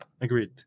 Agreed